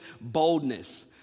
boldness